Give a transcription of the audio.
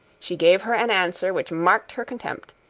she gave her an answer which marked her contempt,